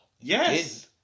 Yes